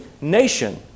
nation